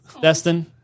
Destin